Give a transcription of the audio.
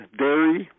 dairy